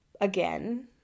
Again